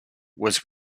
was